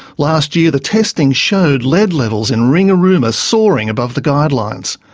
last year the testing showed lead levels in ringarooma soaring above the guidelines.